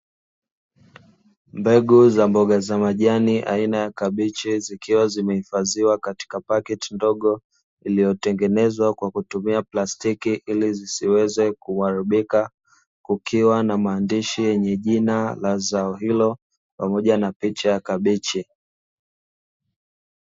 Mbegu ya mboga za majani aina ya kabichi, zikiwa zimeifadhiwa katika paketi ndogo iliyotengenezwa kwa kutumia plastiki ilizisiweze kuharibika, kukiwa na maandishi yenye jina ya zao hilo pamoja na picha ya kabichi.